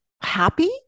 happy